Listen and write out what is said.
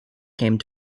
came